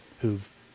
who've